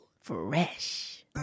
Fresh